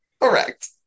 Correct